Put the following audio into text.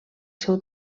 seu